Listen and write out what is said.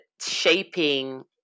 shaping